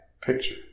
picture